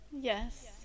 Yes